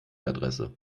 adresse